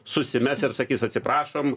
susimes ir sakys atsiprašom